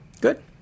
Good